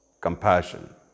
compassion